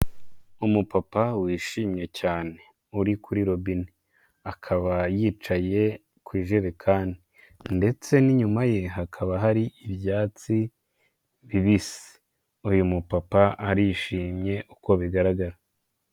Umupapa wishimye cyane, uri kuri robbine, akaba yicaye ku ijerekani ndetse n'inyuma ye hakaba hari ibyatsi bibisi, uyu mupapa arishimye uko bigaragara.